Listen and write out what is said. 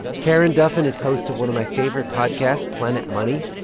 karen duffin is host of one of my favorite podcasts, planet money.